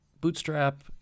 bootstrap